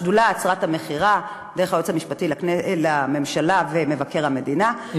השדולה עצרה את המכירה דרך היועץ המשפטי לממשלה ומבקר המדינה,